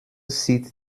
sieht